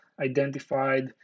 identified